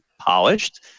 Polished